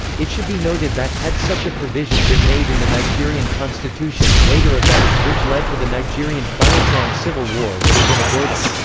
it should be noted that, had such a provision been made in the nigerian constitution, later events which led to the nigerian biafran civil war would have been avoided.